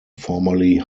formerly